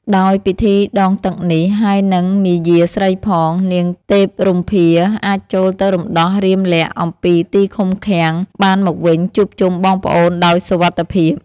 ដោយពិធីដងទឹកនេះ ហើយនិងមាយាស្រីផង នាងទេពរម្ភាអាចចូលទៅរំដោះរាមលក្សណ៍អំពីទីឃុំឃាំង បានមកវិញជួបជុំបងប្អូនដោយសុវត្ថិភាព។